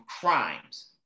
crimes